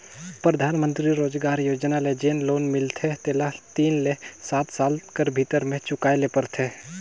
परधानमंतरी रोजगार योजना ले जेन लोन मिलथे तेला तीन ले सात साल कर भीतर में चुकाए ले परथे